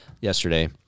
yesterday